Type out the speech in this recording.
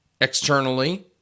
externally